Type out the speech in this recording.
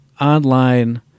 online